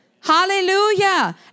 Hallelujah